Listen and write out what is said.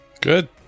Good